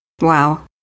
Wow